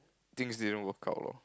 things didn't work out lor